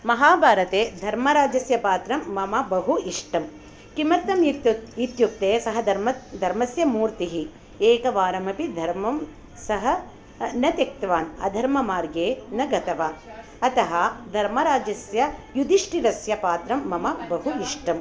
महाभारते धर्मराजस्य पात्रं मम बहु इष्टं किमर्थम् इत्युक्ते सः धर्मस्य मूर्तिः एकवारमपि धर्मं सः न त्यक्तवान् अधर्ममार्गे न गतवान् अतः धर्मराजस्य युधिष्ठिरस्य पात्रं मम बहु इष्टं